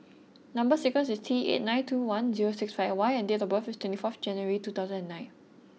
number sequence is T eight nine two one zero six five Y and date of birth is twenty fourth January two thousand and nine